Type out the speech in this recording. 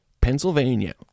Pennsylvania